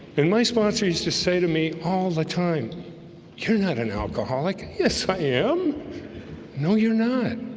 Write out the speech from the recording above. and my sponsor used to say to me all the time you're not an alcoholic yes, i am no, you're not